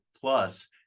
plus